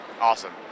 awesome